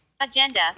agenda